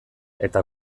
eta